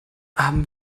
haben